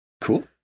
Cool